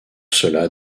cela